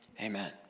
Amen